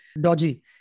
dodgy